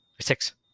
six